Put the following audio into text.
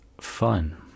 fun